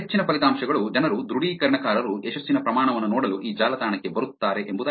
ಹೆಚ್ಚಿನ ಫಲಿತಾಂಶಗಳು ಜನರು ದೃಢೀಕರಣಕಾರರು ಯಶಸ್ಸಿನ ಪ್ರಮಾಣವನ್ನು ನೋಡಲು ಈ ಜಾಲತಾಣಕ್ಕೆ ಬರುತ್ತಾರೆ ಎಂಬುದಾಗಿದೆ